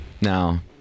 Now